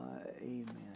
Amen